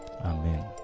Amen